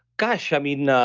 gosh, i mean, ah